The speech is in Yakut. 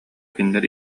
кинилэр